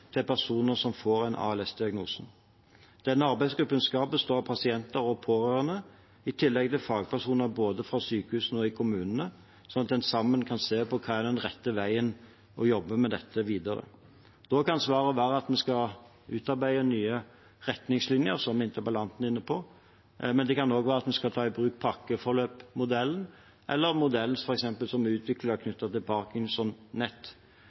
til personer som får en ALS-diagnose. Arbeidsgruppen skal bestå av pasienter og pårørende, i tillegg til fagpersoner fra både sykehus og kommune, som sammen kan se på hva som er den rette veien å jobbe med dette videre. Da kan svaret være at vi skal utarbeide nye retningslinjer, som interpellanten er inne på, men det kan også være at vi skal ta i bruk pakkeforløpmodellen, eller modellen som f.eks. er